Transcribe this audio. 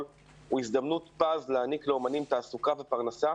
הוא הזדמנות פז להעניק לאומנים תעסוקה ופרנסה,